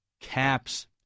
caps